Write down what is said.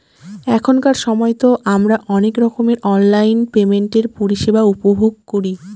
এখনকার সময়তো আমারা অনেক রকমের অনলাইন পেমেন্টের পরিষেবা উপভোগ করি